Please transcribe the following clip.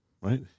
right